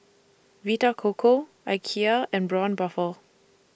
Vita Coco Ikea and Braun Buffel